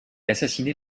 assassiné